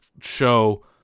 show